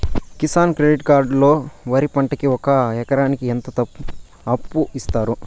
Kisan credit card లో వరి పంటకి ఒక ఎకరాకి ఎంత అప్పు ఇస్తారు?